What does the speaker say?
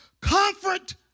Comfort